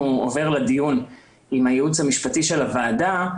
עובר לדיון עם הייעוץ המשפטי לוועדה,